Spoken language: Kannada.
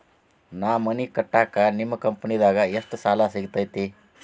ನಾ ಮನಿ ಕಟ್ಟಾಕ ನಿಮ್ಮ ಕಂಪನಿದಾಗ ಎಷ್ಟ ಸಾಲ ಸಿಗತೈತ್ರಿ?